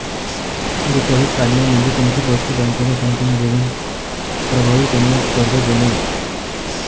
deposit काढणे म्हणजे तुमचे पैसे बँकेला समजून घेऊन प्रभावीपणे कर्ज देणे